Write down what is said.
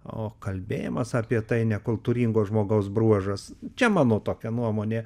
o kalbėjimas apie tai nekultūringo žmogaus bruožas čia mano tokia nuomonė